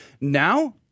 Now